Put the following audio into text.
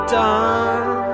done